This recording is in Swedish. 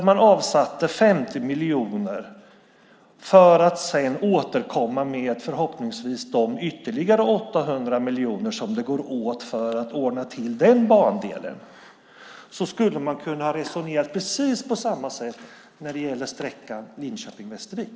Man avsatte 50 miljoner för att sedan återkomma med förhoppningsvis de ytterligare 800 miljoner som det går åt för att ordna till den bandelen. Man skulle ha kunnat resonera precis på samma sätt när det gäller sträckan Linköping-Västervik.